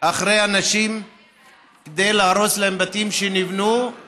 אחרי אנשים כדי להרוס להם בתים שנבנו,